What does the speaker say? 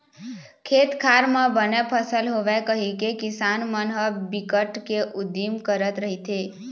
खेत खार म बने फसल होवय कहिके किसान मन ह बिकट के उदिम करत रहिथे